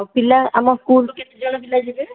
ଆଉ ପିଲା ଆମ ସ୍କୁଲରୁ କେତେ ଜଣ ପିଲା ଯିବେ